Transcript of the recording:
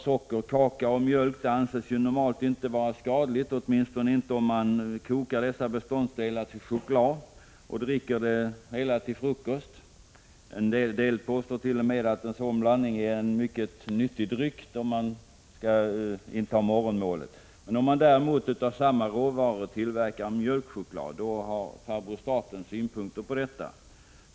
Socker, kakao och mjölk anses normalt inte vara skadligt, åtminstone inte om man kokar dessa beståndsdelar till choklad och dricker den till frukost. En del påstår t.o.m. att en sådan blandning är en mycket nyttig dryck då man skall inta morgonmålet. Om man däremot av samma råvaror tillverkar mjölkchoklad har ”farbror staten” synpunkter på detta.